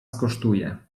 skosztuje